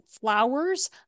flowers